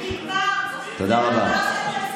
תודה רבה.